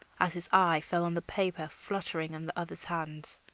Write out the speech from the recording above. as his eye fell on the paper fluttering in the other's hand,